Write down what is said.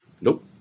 Nope